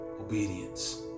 obedience